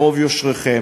ברוב יושרכם,